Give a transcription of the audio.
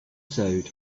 sold